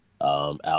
out